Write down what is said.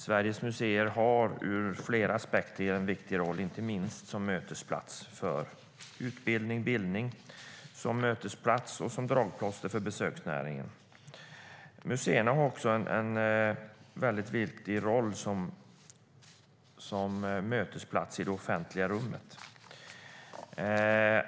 Sveriges museer har ur flera aspekter en viktig roll, inte minst som mötesplats för utbildning och bildning samt som mötesplats och dragplåster för besöksnäringen. Museerna har också en viktig roll som mötesplats i det offentliga rummet.